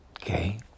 Okay